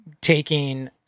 taking